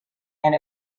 and